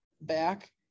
back